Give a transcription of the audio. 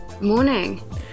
morning